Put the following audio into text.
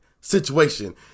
situation